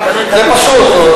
זה פשוט.